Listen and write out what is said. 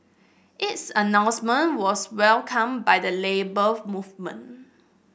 its announcement was welcomed by the Labour Movement